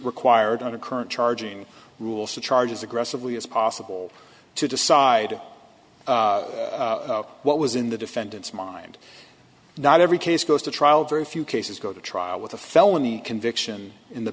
required under current charging rules to charges aggressively as possible to decide what was in the defendant's mind not every case goes to trial very few cases go to trial with a felony conviction in the